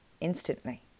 instantly